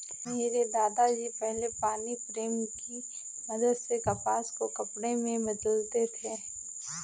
मेरे दादा जी पहले पानी प्रेम की मदद से कपास को कपड़े में बदलते थे